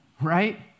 right